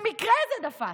במקרה זה תפס.